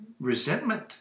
Resentment